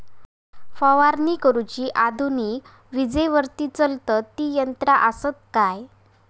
फवारणी करुची आधुनिक विजेवरती चलतत ती यंत्रा आसत काय?